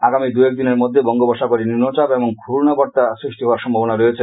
আগামী দুয়েকদিনের মধ্যে বঙ্গোপসাগরে নিম্নচাপ এবং ঘূর্ণাবর্তা সৃষ্টি হওয়ার সম্ভাবনা রয়েছে